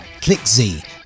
ClickZ